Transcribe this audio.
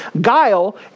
Guile